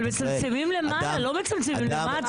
אבל מצמצמים למעלה, לא מצמצים למטה.